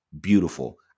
beautiful